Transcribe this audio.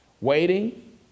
Waiting